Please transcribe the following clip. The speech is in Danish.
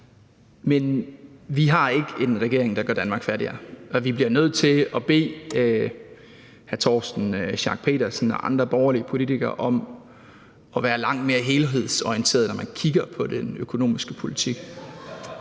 Men vi har ikke en regering, der gør Danmark fattigere, så vi bliver nødt til at bede hr. Torsten Schack Pedersen og andre borgerlige politikere om at være langt mere helhedsorienterede, når de kigger på den økonomiske politik.